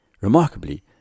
Remarkably